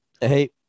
Hey